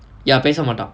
ya பேச மாட்டா:pesa maataa